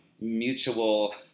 mutual